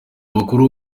makuru